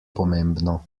pomembno